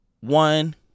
one